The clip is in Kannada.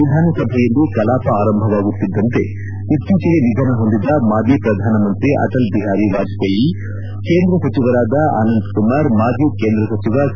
ವಿಧಾನಸಭೆಯಲ್ಲಿ ಕಲಾಪ ಆರಂಭವಾಗುತ್ತಿದ್ದಂತೆ ಇತ್ತೀಚೆಗೆ ನಿಧನರಾದ ಮಾಜಿ ಪ್ರಧಾನಮಂತ್ರಿ ಅಟಲ್ ಬಿಹಾರಿ ವಾಜಪೇಯಿ ಕೇಂದ್ರ ಸಚಿವರಾದ ಅನಂತಕುಮಾರ್ ಮಾಜಿ ಕೇಂದ್ರ ಸಚಿವ ಸಿ